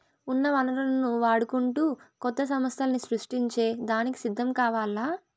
ఉన్న వనరులను వాడుకుంటూ కొత్త సమస్థల్ని సృష్టించే దానికి సిద్ధం కావాల్ల